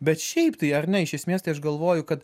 bet šiaip tai ar ne iš esmės tai aš galvoju kad